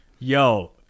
Yo